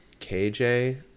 KJ